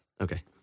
Okay